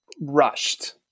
rushed